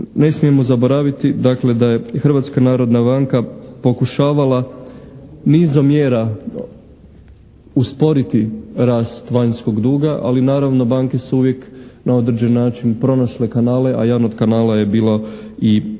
ne smijemo zaboraviti dakle da je Hrvatska narodna banka pokušavala nizom mjera usporiti rast vanjskog duga, ali naravno banke su uvijek na određeni način pronašle kanale, a jedan od kanala je bilo i leasing